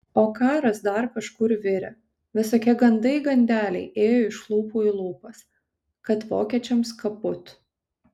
o karas dar kažkur virė visokie gandai gandeliai ėjo iš lūpų į lūpas kad vokiečiams kaput